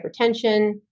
hypertension